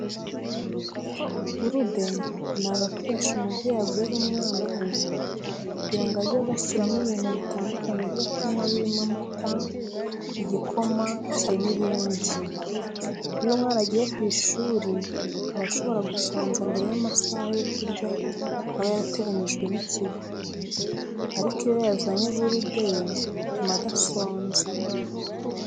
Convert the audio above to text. Gurude ni agakoresho umubyeyi agurira umwana we kugira ngo ajye agashyiramo ibintu bitandukanye byo kunywa birimo amata, igikoma, icyayi n'ibindi. Iyo umwana agiye ku ishuri aba ashobora gusonza mbere y'amasaha yo kurya aba yarateganyijwe n'ikigo. Ariko iyo yazanye gurude ye bituma adasonza.